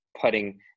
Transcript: putting